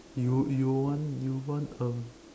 you you want you want um